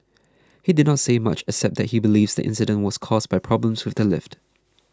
he did not say much except that he believes the incident was caused by problems with the lift